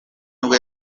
nibwo